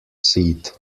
seat